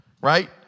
right